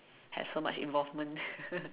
have so much involvement